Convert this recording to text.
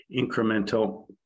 incremental